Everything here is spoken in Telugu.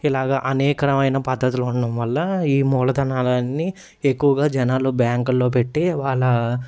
ఇలాగ అనేకమైన పద్ధతులు ఉండడం వల్ల ఈ మూలధనాలన్నీ ఎక్కువగా జనాలు బ్యాంకుల్లో పెట్టి వాళ్ళ